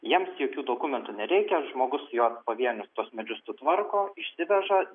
jiems jokių dokumentų nereikia žmogus jo pavienis tuos medžius sutvarko išsiveža